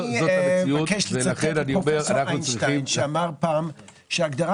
אני מבקש לצטט את פרופ' אינשטיין שאמר פעם שהגדרה